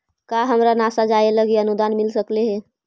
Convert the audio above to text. का हमरा नासा जाये लागी अनुदान मिल सकलई हे?